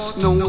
no